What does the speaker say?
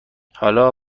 حالا